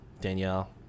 danielle